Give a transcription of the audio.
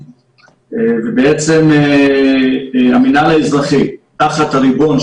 בעצם המנהל האזרחי תחת הריבון,